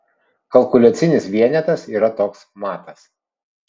kalkuliacinis vienetas yra toks matas